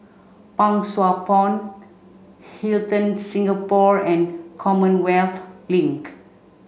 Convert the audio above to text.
Pang Sua Pond Hilton Singapore and Commonwealth Link